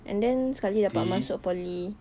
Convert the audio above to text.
and then sekali dapat masuk poly